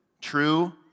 true